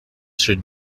should